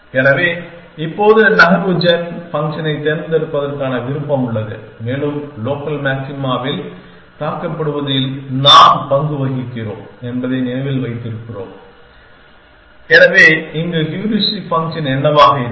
எனவே இப்போது நகர்வு ஜென் ஃபங்க்ஷனைத் தேர்ந்தெடுப்பதற்கான விருப்பம் உள்ளது மேலும் லோக்கல் மாக்சிமாவில் தாக்கப்படுவதில் நாம் பங்கு வகிக்கிறோம் என்பதை நினைவில் வைத்துக் கொள்கிறோம் எனவே இங்கே ஹூரிஸ்டிக் ஃபங்க்ஷன் என்னவாக இருக்கும்